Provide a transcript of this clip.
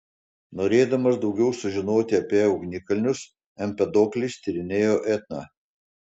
norėdamas daugiau sužinoti apie ugnikalnius empedoklis tyrinėjo etną